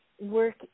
work